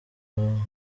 amezi